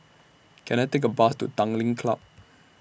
Can I Take A Bus to Tanglin Club